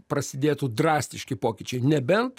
prasidėtų drastiški pokyčiai nebent